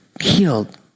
healed